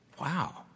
Wow